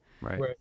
Right